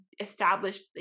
established